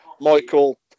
Michael